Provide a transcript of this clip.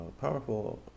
powerful